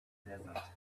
desert